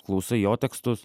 klausai jo tekstus